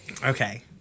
Okay